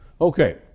okay